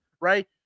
right